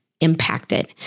impacted